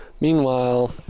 meanwhile